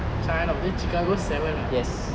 child of the chicago seven ah